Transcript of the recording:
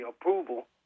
approval